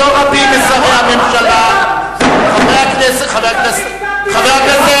לא רבים משרי הממשלה, חבר הכנסת גפני.